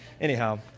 anyhow